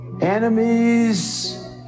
enemies